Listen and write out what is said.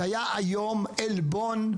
זה היה איום, עלבון.